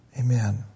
Amen